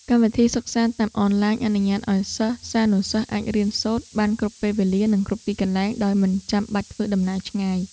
កម្មវិធីសិក្សាតាមអនឡាញអនុញ្ញាតឱ្យសិស្សានុសិស្សអាចរៀនសូត្របានគ្រប់ពេលវេលា និងគ្រប់ទីកន្លែងដោយមិនចាំបាច់ធ្វើដំណើរឆ្ងាយ។